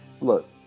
look